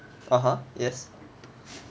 (uh huh) yes